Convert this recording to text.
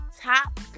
top